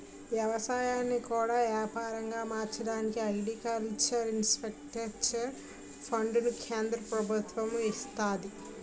ఎవసాయాన్ని కూడా యాపారంగా మార్చడానికి అగ్రికల్చర్ ఇన్ఫ్రాస్ట్రక్చర్ ఫండును కేంద్ర ప్రభుత్వము ఇస్తంది